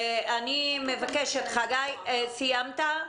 חגי, סיימת?